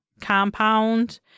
compound